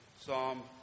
Psalm